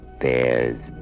bears